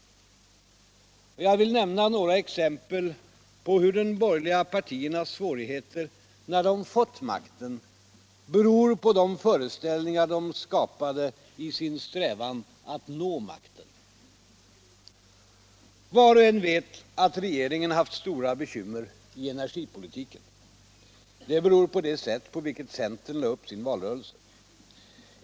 Jag vill nämna några exempel på hur de borgerliga partiernas svårigheter när de fått makten beror på de föreställningar de skapade i sin strävan att nå makten. Var och en vet att regeringen haft stora bekymmer i energipolitiken. Det beror på det sätt på vilket centern lade upp sin valrörelse.